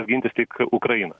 gintis tik ukraina